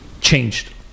changed